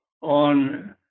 on